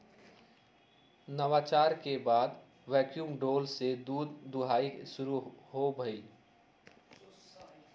नवाचार के बाद वैक्यूम डोल से दूध दुहनाई शुरु भेलइ